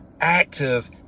active